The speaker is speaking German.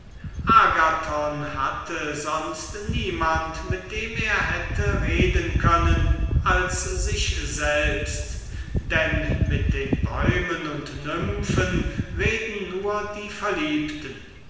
agathon hatte sonst niemand mit dem er hätte reden können als sich selbst denn mit den bäumen und nymphen reden nur die verliebten